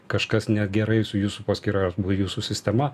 kažkas negerai su jūsų paskyra arba jūsų sistema